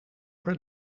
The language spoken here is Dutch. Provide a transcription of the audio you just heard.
per